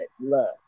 love